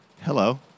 hello